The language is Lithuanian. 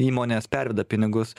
įmonės perveda pinigus